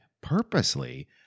purposely